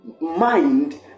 mind